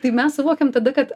tai mes suvokiam tada kad